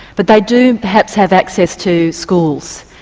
but they do perhaps have access to schools,